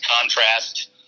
contrast